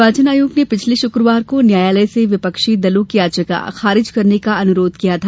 निर्वाचन आयोग ने पिछले शक्रवार को न्यायालय से विपक्षी दलों की याचिका खारिज करने का अनरोध किया था